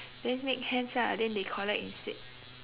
then make hands ah then they collect instead